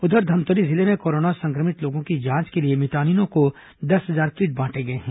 उधर धमतरी जिले में कोरोना संक्रमित लोगों की जांच के लिए मितानिनों को दस हजार किट बांटे गए हैं